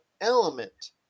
element